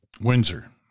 Windsor